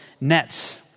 nets